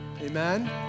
amen